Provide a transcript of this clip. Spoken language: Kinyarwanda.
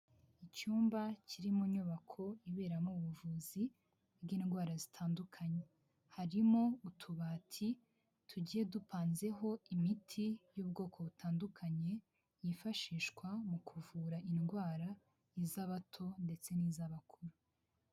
Icyumba kiri mu nyubako iberamo ubuvuzi bw'indwara zitandukanye, harimo utubati tugiye dupanzeho imiti y'ubwoko butandukanye, yifashishwa mu kuvura indwara z'abato ndetse n'iz'abakuru.